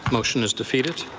motion is defeated.